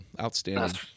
outstanding